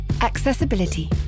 Accessibility